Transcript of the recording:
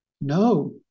No